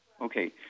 Okay